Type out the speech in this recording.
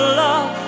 love